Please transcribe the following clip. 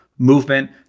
movement